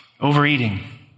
Overeating